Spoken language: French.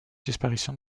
disparition